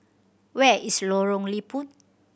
where is Lorong Liput